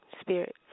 spirit